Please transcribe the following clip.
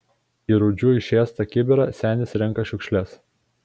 į rūdžių išėstą kibirą senis renka šiukšles